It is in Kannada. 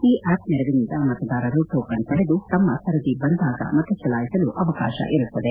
ಈ ಆಪ್ ನೆರವಿನಿಂದ ಮತದಾರರು ಟೋಕನ್ ಪಡೆದು ತಮ್ನ ಸರದಿ ಬಂದಾಗ ಮತ ಚಲಾಯಿಸಲು ಅವಕಾಶವಿರುತ್ತದೆ